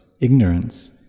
ignorance